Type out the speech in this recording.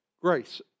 grace